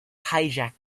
hijack